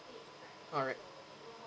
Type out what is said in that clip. alright